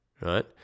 right